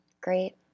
Great